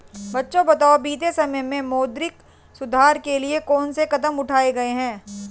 बच्चों बताओ बीते समय में मौद्रिक सुधार के लिए कौन से कदम उठाऐ गए है?